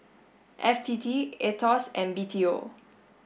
F T T AETOS and B T O